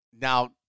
Now